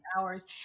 hours